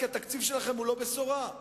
כי התקציב שלכם הוא לא בשורה.